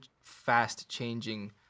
fast-changing